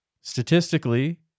statistically